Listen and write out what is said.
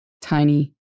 tiny